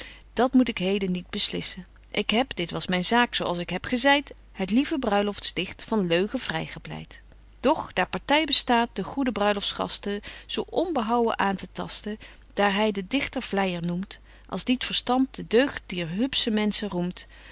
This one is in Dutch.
dat moet ik heden niet beslissen ik heb dit was myn zaak zo als ik heb gezeit het lieve bruilofts dicht van leugen vry gepleit doch daar party bestaat de goede bruiloftgasten zo onbehouwen aan te tasten daar hy den dichter vleijer noemt als die t verstand de deugd dier hupsche menschen roemt